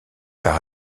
par